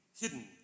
hidden